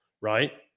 right